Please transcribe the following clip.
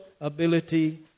ability